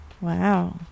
wow